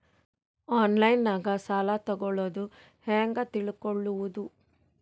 ಆನ್ಲೈನಾಗ ಸಾಲ ತಗೊಳ್ಳೋದು ಹ್ಯಾಂಗ್ ತಿಳಕೊಳ್ಳುವುದು?